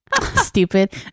Stupid